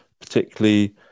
particularly